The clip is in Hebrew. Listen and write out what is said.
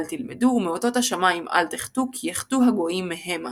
תלמדו ומאותות השמים אל תחתו כי יחתו הגוים מהמה".